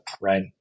right